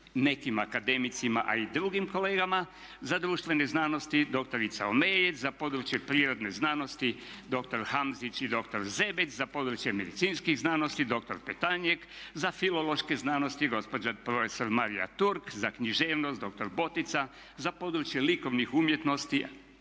nekim akademicima a i drugim kolegama. Za društvene znanosti dr. Omejec, za područje prirodne znanosti dr. Hamzić i dr. Zebec, za područje medicinskih znanosti dr. Petanjek, za filološke znanosti gospođa prof. Marija Turk, za književnost dr. Botica, za područje likovnih umjetnosti